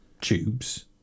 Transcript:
tubes